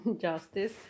justice